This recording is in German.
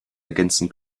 ergänzen